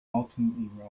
ultimately